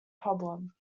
problem